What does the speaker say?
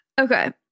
Okay